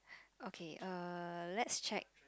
okay uh let's check